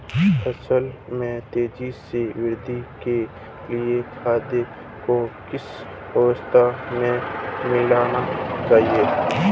फसल में तेज़ी से वृद्धि के लिए खाद को किस अवस्था में मिलाना चाहिए?